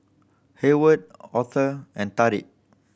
Hayward Otho and Tarik